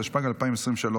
התשפ"ג 2023,